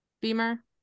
Beamer